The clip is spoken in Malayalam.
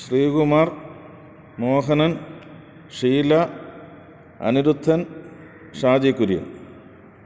ശ്രീകുമാർ മോഹനൻ ഷീല അനിരുദ്ധൻ ഷാജീ കുര്യൻ